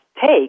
take